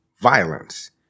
violence